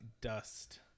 dust